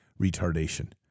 retardation